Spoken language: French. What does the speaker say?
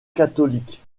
catholique